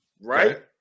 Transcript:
Right